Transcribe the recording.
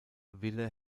wille